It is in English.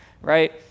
right